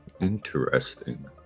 Interesting